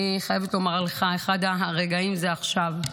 אני חייבת לומר לך, אחד הרגעים זה עכשיו.